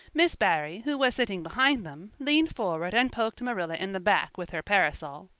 miss barry, who was sitting behind them, leaned forward and poked marilla in the back with her parasol.